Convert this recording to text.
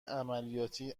عملیاتی